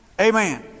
Amen